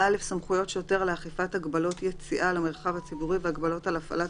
סמכויות שוטר לאכיפת הגבלות יציאה למרחב הציבורי והגבלות על הפעלת